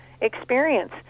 experience